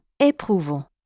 éprouvons